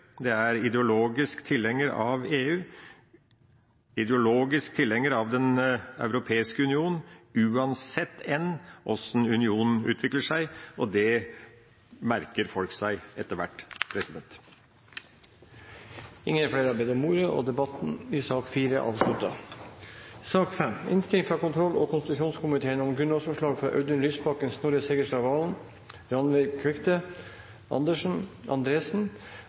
er ideologisk tilhenger av EU, ideologisk tilhenger av Den europeiske union, uansett hvordan unionen utvikler seg, og det merker folk seg etter hvert. Flere har ikke bedt om ordet til sak nr. 4. Den viktigste oppgaven en stat har, er å beskytte innbyggerne sine og